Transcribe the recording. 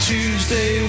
Tuesday